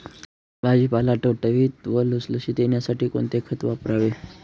भाजीपाला टवटवीत व लुसलुशीत येण्यासाठी कोणते खत वापरावे?